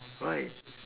why